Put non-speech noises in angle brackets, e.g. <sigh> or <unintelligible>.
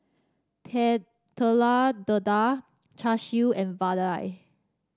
<unintelligible> Telur Dadah Char Siu and vadai